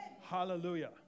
Hallelujah